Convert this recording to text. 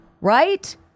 Right